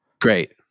Great